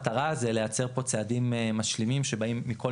המטרה היא לייצר פה צעדים משלימים שבאים מכל